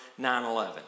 9-11